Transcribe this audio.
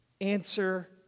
answer